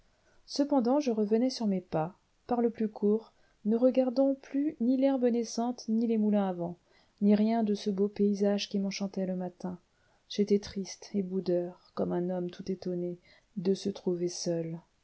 cependant je revenais sur mes pas par le plus court ne regardant plus ni l'herbe naissante ni les moulins à vent ni rien de ce beau paysage qui m'enchantait le matin j'étais triste et boudeur comme un homme tout étonné de se trouver seul